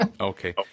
Okay